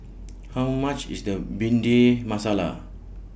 How much IS The Bhindi Masala